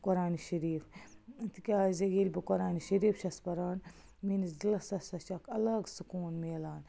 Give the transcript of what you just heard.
قرآنہِ شریٖف تِکیٛازِ ییٚلہِ بہٕ قرآنہِ شریٖف چھَس پَران میٛٲنِس دِلس ہَسا چھِ اَکھ الگ سُکوٗن میلان